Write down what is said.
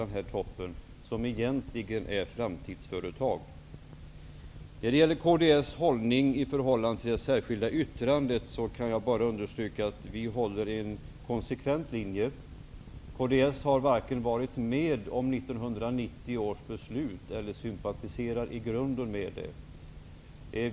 Deras företag är egentligen framtidsföretag. När det gäller kds inställning till det särskilda yttrandet kan jag bara understryka att vi håller en konsekvent linje. Kds har inte varit med om att fatta 1990 års beslut och sympatiserar i grunden inte med det.